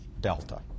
delta